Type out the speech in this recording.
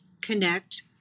connect